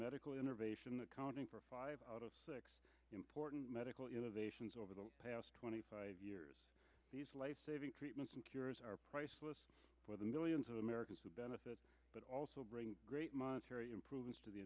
medical innovation accounting for five out of six important medical innovation is over the past twenty five years lifesaving treatments and cures priceless for the millions of americans who benefit but also bring great monetary improvements to the